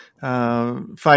find